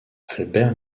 albert